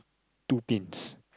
two pins